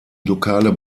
lokale